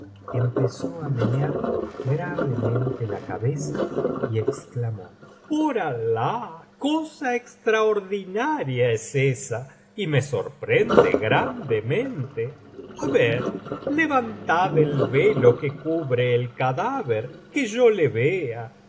empezó á menear gravemente la cabeza y exclamó por alah cosa extraordinaria es esa y me sorprende grandemente á ver levantad el velo que cubre el cadáver que yo le vea y